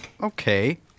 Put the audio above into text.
Okay